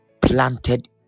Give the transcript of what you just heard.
planted